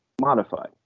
modified